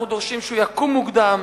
אנחנו דורשים שהוא יקום מוקדם,